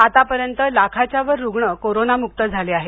आतापर्यंत लाखाच्यावर रुग्ण कोरोनामुक्त झाले आहेत